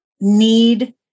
need